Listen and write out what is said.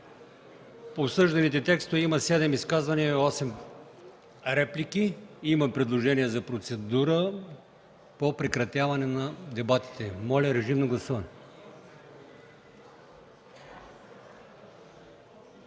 По обсъжданите текстове има седем изказвания и осем реплики. Има предложение за процедура по прекратяване на дебатите. Моля, гласувайте.